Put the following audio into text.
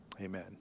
amen